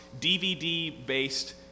DVD-based